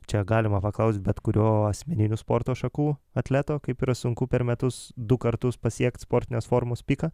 čia galima paklaust bet kurio asmeninių sporto šakų atleto kaip yra sunku per metus du kartus pasiekt sportinės formos piką